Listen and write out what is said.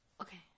Okay